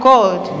God